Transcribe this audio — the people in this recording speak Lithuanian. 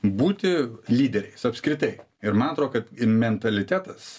būti lyderiais apskritai ir ma atro kad mentalitetas